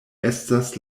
estas